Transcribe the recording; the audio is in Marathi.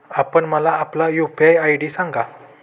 आपण मला आपला यू.पी.आय आय.डी सांगा